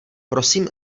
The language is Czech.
prosím